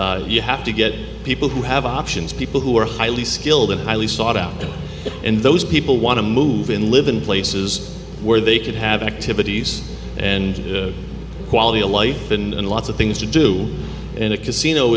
employees you have to get people who have options people who are highly skilled and highly sought out and those people want to move in live in places where they could have activities and quality of life and lots of things to do in a casino